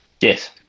Yes